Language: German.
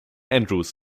andrews